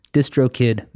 DistroKid